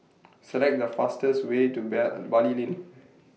Select The fastest Way to Bali Lane